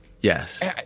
yes